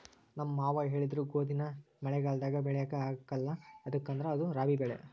ನಮ್ ಮಾವ ಹೇಳಿದ್ರು ಗೋದಿನ ಮಳೆಗಾಲದಾಗ ಬೆಳ್ಯಾಕ ಆಗ್ಕಲ್ಲ ಯದುಕಂದ್ರ ಅದು ರಾಬಿ ಬೆಳೆ